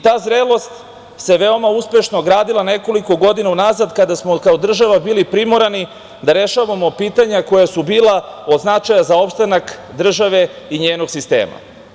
Ta zrelost se veoma uspešno gradila nekoliko godina unazad kada smo kao država bili primorani da rešavamo pitanja koja su bila od značaja za opstanak države i njenog sistema.